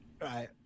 right